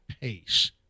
pace